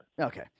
Okay